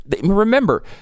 Remember